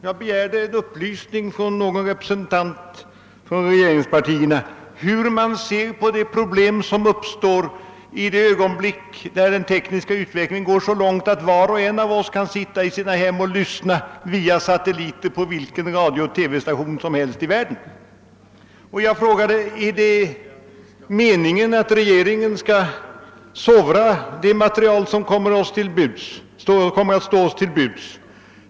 Jag begärde en upplysning från någon representant för regeringspartiet hur man ser på det problem som uppstår i det ögonblick när den tekniska utvecklingen gått så långt att var och en av 0ss kan sitta i sitt hem och via satelliter koppla in vilken radiooch TV-station som helst i världen. Jag frågade om det är meningen att regeringen skall sovra det material som kommer att stå oss till buds.